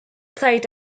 played